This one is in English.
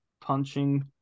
punching